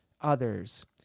others